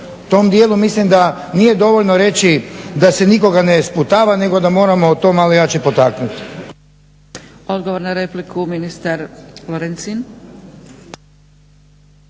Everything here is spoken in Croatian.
tom dijelu mislim da nije dovoljno reći da se nikoga ne sputava nego da moramo to malo jače potaknuti.